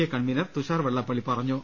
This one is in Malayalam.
എ കൺവീനർ തുഷാർ വെള്ളാപ്പള്ളി പറഞ്ഞു